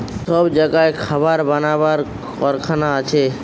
সব জাগায় খাবার বানাবার কারখানা আছে